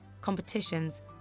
competitions